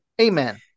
Amen